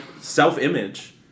self-image